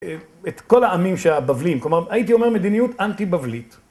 את כל העמים שהבבלים, כלומר הייתי אומר מדיניות אנטי בבלית.